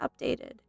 updated